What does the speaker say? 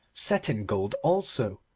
set in gold also,